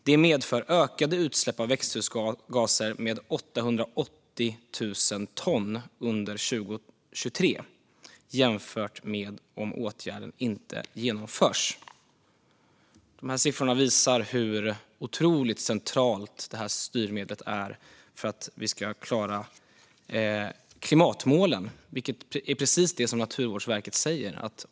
Det medför ökade utsläpp av växthusgaser med 880 000 ton under 2023, jämfört med om åtgärden inte genomförs." De här siffrorna visar hur otroligt centralt detta styrmedel är för att vi ska klara klimatmålen, vilket är precis det som Naturvårdsverket säger.